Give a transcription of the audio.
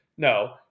No